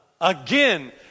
again